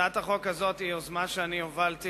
הצעת החוק הזאת היא יוזמה שאני הובלתי